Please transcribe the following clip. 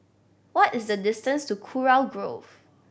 what is the distance to Kurau Grove